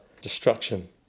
destruction